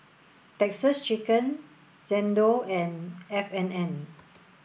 Texas Chicken Xndo and F and N